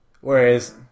whereas